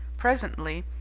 presently,